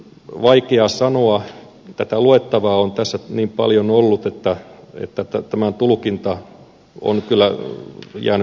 vaikea sanoa tätä luettavaa on tässä niin paljon ollut että tämän tulkinta on kyllä jäänyt vähemmälle